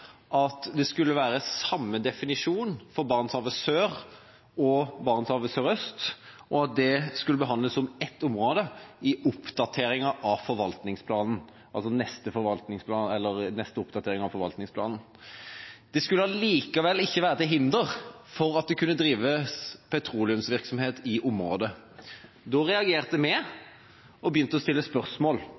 at det skulle være samme definisjon for Barentshavet sør og Barentshavet sørøst, og at dette skulle behandles som ett område i neste oppdatering av forvaltningsplanen. Det skulle allikevel ikke være til hinder for at det kunne drives petroleumsvirksomhet i området. Da reagerte vi og begynte å stille spørsmål,